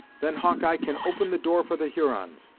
then hawkeye can open the door for the hurons.